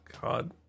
God